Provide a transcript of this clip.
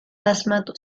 asmatu